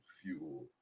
fuel